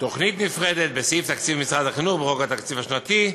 בתוכנית נפרדת בסעיף תקציב משרד החינוך בחוק התקציב השנתי,